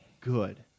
good